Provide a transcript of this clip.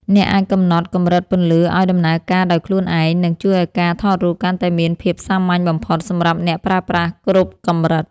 អ្នកអាចកំណត់កម្រិតពន្លឺឱ្យដំណើរការដោយខ្លួនឯង និង ជួយឱ្យការថតរូបកាន់តែមានភាពសាមញ្ញបំផុតសម្រាប់អ្នកប្រើប្រាស់គ្រប់កម្រិត។